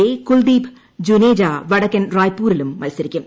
A Kuldeep Juneja വടക്കൻ റായ്പൂരിലും മത്സരിക്കും